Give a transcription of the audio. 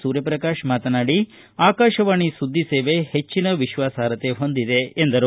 ಸೂರ್ಯಪ್ರಕಾಶ್ ಮಾತನಾಡಿ ಆಕಾಶವಾಣಿ ಸುದ್ದಿ ಸೇವೆ ಹೆಚ್ಚಿನ ವಿಶ್ವಾಸಾರ್ಹತೆ ಹೊಂದಿದೆ ಎಂದರು